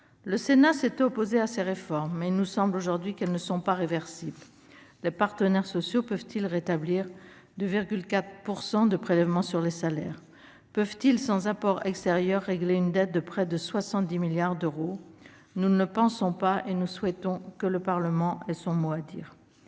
Le Sénat s'était opposé à ces réformes, mais il nous semble aujourd'hui qu'elles ne sont pas réversibles : les partenaires sociaux peuvent-ils rétablir 2,4 % de prélèvements sur les salaires ? Peuvent-ils, sans apport extérieur, régler une dette de près de 70 milliards d'euros ? Nous ne le pensons pas et nous souhaitons que le Parlement ait son mot à dire